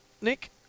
Nick